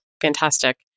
Fantastic